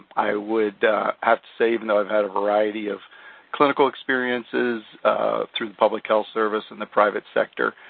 i would have to say, even though i've had a variety of clinical experiences through the public health service and the private sector,